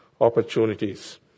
opportunities